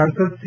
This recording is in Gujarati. સાંસદ સી